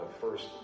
first